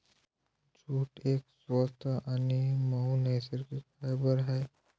jute एक स्वस्त आणि मऊ नैसर्गिक फायबर आहे